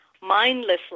mindlessly